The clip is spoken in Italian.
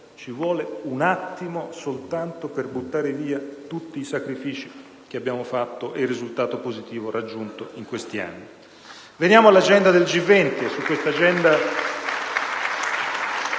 ci vuole un attimo soltanto per buttare via tutti i sacrifici che abbiamo fatto e il risultato positivo raggiunto in questi anni. *(Applausi dai